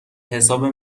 حساب